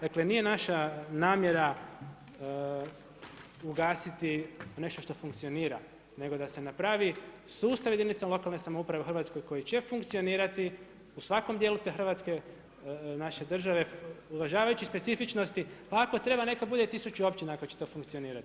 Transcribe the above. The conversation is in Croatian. Dakle, nije naša namjera ugasiti nešto što funkcionira, nego da se napravi sustav jedinica lokalne samouprave u Hrvatskoj koje će funkcionirati, u svakom dijelu te Hrvatske, naše države, uvažavajući specifičnosti, pa ako treba, neka bude i 1000 općina ako će to funkcionirati.